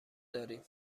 داریم